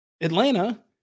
Atlanta